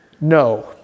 no